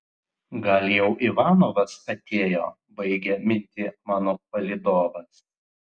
gal jau ivanovas atėjo baigia mintį mano palydovas